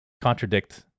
contradict